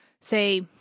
Say